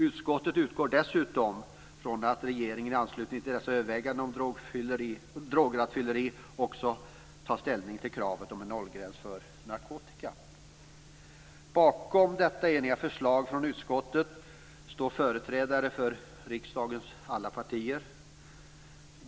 Utskottet utgår dessutom från att regeringen i anslutning till dessa överväganden om drograttfylleri också tar ställning till kravet om en nollgräns för narkotika. Bakom detta eniga förslag från utskottet står företrädare för riksdagens alla partier.